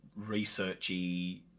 researchy